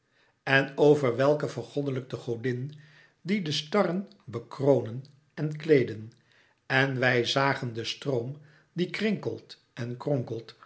en over welke vergoddelijkt de godin die de starren bekronen en kleeden en wij zagen den stroom die krinkelt en kronkelt